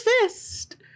fist